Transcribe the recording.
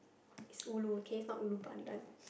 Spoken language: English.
is Ulu okay it's not Ulu Pandan